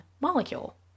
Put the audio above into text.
molecule